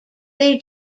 they